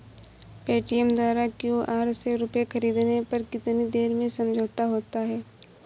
Paytm द्वारा QR से रूपए ख़रीदने पर कितनी देर में समझौता होता है?